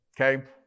okay